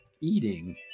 eating